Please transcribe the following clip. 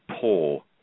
poor